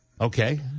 Okay